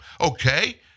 Okay